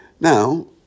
Now